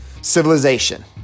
Civilization